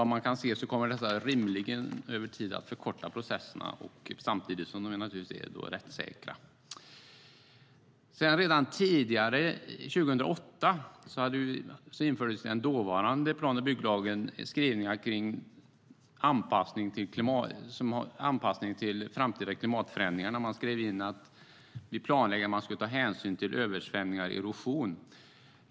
Rimligen kommer detta över tid att förkorta processerna samtidigt som de blir rättssäkra. Redan 2008 infördes i den dåvarande plan och bygglagen skrivningar om anpassning till framtida klimatförändringar. Man skrev in att man vid planläggning skulle ta hänsyn till översvämningar och erosion.